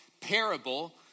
parable